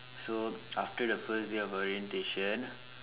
so after the first day of orientation